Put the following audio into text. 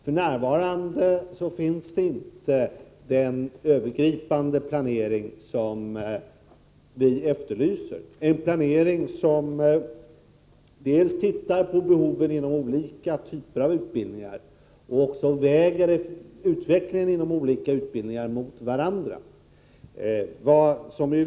F.n. finns inte den övergripande planering som vi efterlyser, en planering som dels ser till behoven inom olika typer av utbildning, dels väger olika utbildningars utveckling mot varandra.